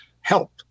help